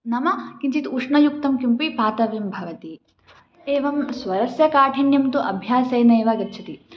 नाम किञ्चित् उष्णयुक्तं किमपि पातव्यं भवति एवं स्वरस्य काठिन्यं तु अभ्यासेनैव गच्छति